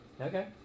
Okay